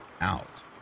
out